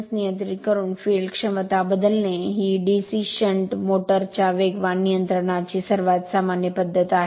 field regulating resistance नियंत्रित करून field क्षमता बदलणे ही DC शंट मोटर च्या वेगवान नियंत्रणाची सर्वात सामान्य पद्धत आहे